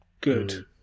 good